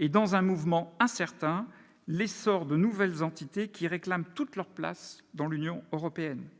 et, dans un mouvement, incertain, l'essor de nouvelles entités qui réclament toute leur place dans l'Union européenne.